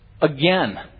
Again